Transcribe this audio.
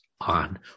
on